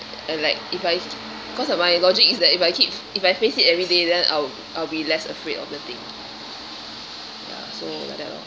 and like if I because that my logic is that if I keep if I face it everyday then I'll I'll be less afraid of the thing ya so like that lor